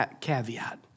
caveat